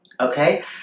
okay